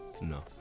No